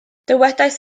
dywedais